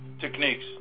techniques